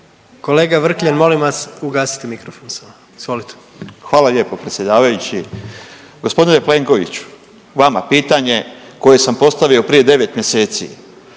Kolega Vrkljan, molim vas ugasite mikrofon samo. Izvolite. **Mlinarić, Stipo (DP)** Hvala lijepo predsjedavajući. Gospodine Plenkoviću, vama pitanje koje sam postavio prije 9 mjeseci.